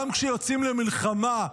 גם כשיוצאים למלחמה,